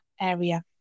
area